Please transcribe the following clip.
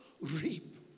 reap